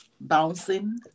bouncing